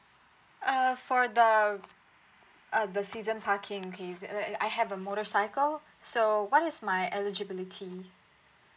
uh for the uh the season parking okay the the I have a motorcycle so what is my eligibility